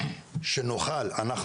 שנוכל אנחנו,